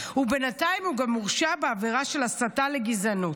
ובינתיים הוא גם הורשע בעבירה של הסתה לגזענות.